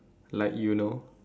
like you know